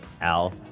Al